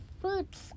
fruits